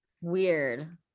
weird